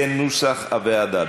18 ו-19 כנוסח הוועדה.